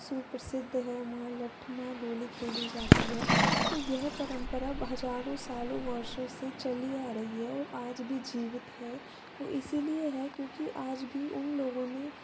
सुप्रसिद्ध है वहाँ लट्ठमार होली खेली जाती है तो यह परंपरा हज़ारों सालों वर्षों से चली आ रही है और आज भी जीवित है तो इसीलिए है क्योंकि आज भी उन लोगों ने